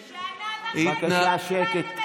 שנה וחצי לא קיבלתם את תוצאות הבחירות הקודמות.